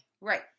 Right